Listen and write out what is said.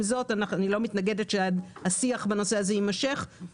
זאת אני לא מתנגדת שהשיח בנושא הזה יימשך.